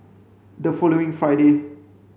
the following Friday